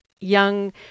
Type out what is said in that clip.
young